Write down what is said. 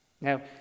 now